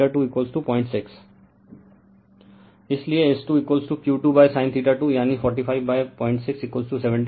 refer slide time 2444 इसलिए S2 q2 sin 2 यानी 45 06 75 KVA